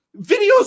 videos